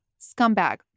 scumbag